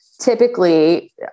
typically